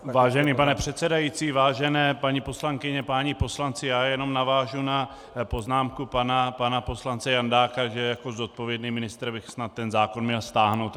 Vážený pane předsedající, vážené paní poslankyně, páni poslanci, já jenom navážu na poznámku pana poslance Jandáka, že jako zodpovědný ministr bych snad ten zákon měl stáhnout.